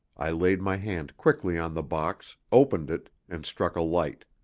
i laid my hand quickly on the box, opened it, and struck a light.